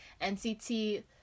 NCT